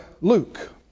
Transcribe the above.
Luke